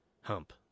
hump